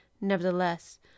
Nevertheless